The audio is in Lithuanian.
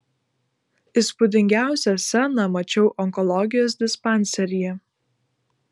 įspūdingiausią sceną mačiau onkologijos dispanseryje